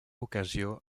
ocasió